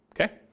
okay